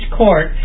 court